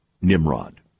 Nimrod